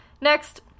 next